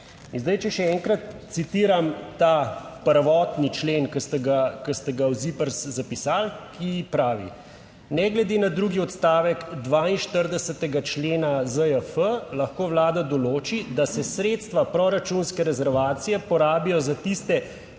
in zdaj, če še enkrat citiram ta prvotni člen, ki ste ga, ki ste ga v ZIPRS zapisali, ki pravi: "Ne glede na drugi odstavek 42. člena ZJF, lahko Vlada določi, da se sredstva proračunske rezervacije porabijo za tiste